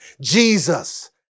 Jesus